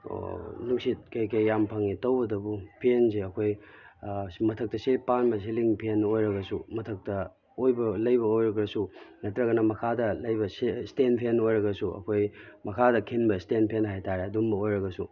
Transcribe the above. ꯅꯨꯡꯁꯤꯠ ꯀꯔꯤ ꯀꯔꯤ ꯌꯥꯝ ꯐꯪꯉꯦ ꯇꯧꯕꯇꯕꯨ ꯐꯦꯟꯁꯦ ꯑꯩꯈꯣꯏ ꯁꯤ ꯃꯊꯛꯇ ꯁꯦ ꯄꯥꯟꯕ ꯁꯤꯂꯤꯡ ꯐꯦꯟ ꯑꯣꯏꯔꯒꯁꯨ ꯃꯊꯛꯇ ꯑꯣꯏꯕ ꯂꯩꯕ ꯑꯣꯏꯔꯒꯁꯨ ꯅꯠꯇ꯭ꯔꯒꯅ ꯃꯈꯥꯗ ꯂꯩꯕ ꯏꯁꯇꯦꯟ ꯐꯦꯟ ꯑꯣꯏꯔꯒꯁꯨ ꯑꯩꯈꯣꯏ ꯃꯈꯥꯗ ꯈꯤꯟꯕ ꯏꯁꯇꯦꯟ ꯐꯦꯟ ꯍꯥꯏꯕꯇꯥꯔꯦ ꯑꯗꯨꯝꯕ ꯑꯣꯏꯔꯒꯁꯨ